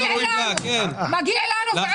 ומגיע לנו.